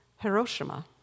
Hiroshima